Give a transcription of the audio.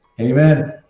Amen